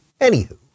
Anywho